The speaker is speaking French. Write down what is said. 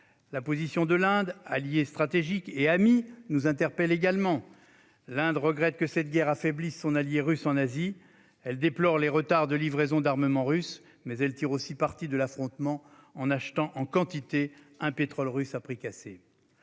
La position de l'Inde, allié stratégique et ami, nous interpelle également. Elle regrette que cette guerre affaiblisse son allié russe en Asie, déplore les retards de livraison d'armement russe, mais tire aussi parti de l'affrontement en achetant en quantité un pétrole russe à prix cassé.